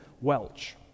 Welch